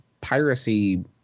piracy